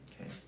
okay